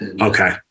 Okay